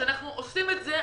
כשאנחנו עושים את זה,